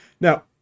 Now